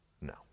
No